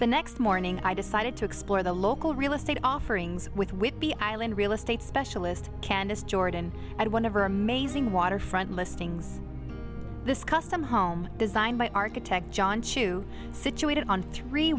the next morning i decided to explore the local real estate offerings with whitby island real estate specialist candace jordan and one of her amazing waterfront listings this custom home designed by architect john chu situated on three